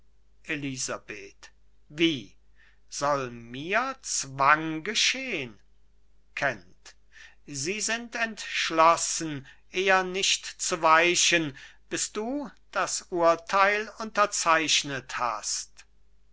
elisabeth wie soll mir zwang geschehn kent sie sind entschlossen eher nicht zu weichen bis du das urteil unterzeichnet hast